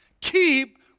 Keep